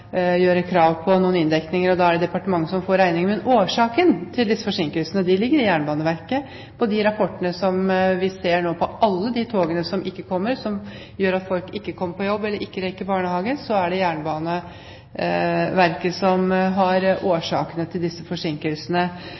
gjøre krav på noen inndekninger, og da er det departementet som får regningen. Men ansvaret for årsaken til disse forsinkelsene ligger hos Jernbaneverket. Ifølge rapportene om alle de togene som ikke kommer, og som gjør at folk ikke kommer på jobb eller ikke rekker barnehage, er det Jernbaneverket som har ansvaret for disse forsinkelsene.